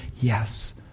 Yes